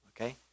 okay